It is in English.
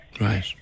Right